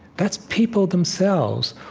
that's people themselves,